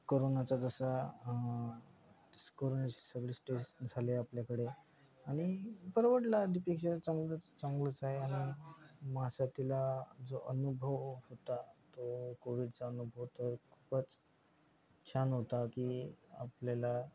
करोनाचा जसा कोरोनाची झाली आपल्याकडे आणि परवडला आधीपेक्षा चांगलंच चांगलंच आहे आणि महासाथीला जो अनुभव होता तो कोविडचा अनुभव तर खूपच छान होता की आपल्याला